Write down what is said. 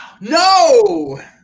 No